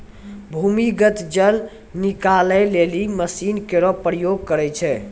भूमीगत जल निकाले लेलि मसीन केरो प्रयोग करै छै